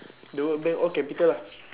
the word bank all capital ah